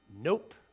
nope